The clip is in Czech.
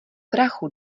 prachu